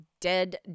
dead